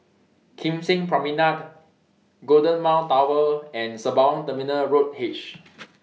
Kim Seng Promenade Golden Mile Tower and Sembawang Terminal Road H